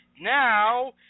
Now